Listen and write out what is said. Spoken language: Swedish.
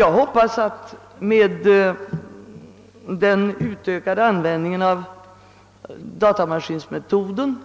Jag hoppas att det med den ökade användningen av datamaskinmetoden